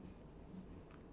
nice